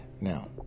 Now